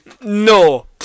No